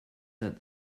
that